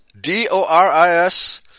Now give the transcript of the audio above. D-O-R-I-S